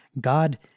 God